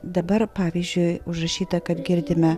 dabar pavyzdžiui užrašyta kad girdime